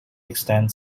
extend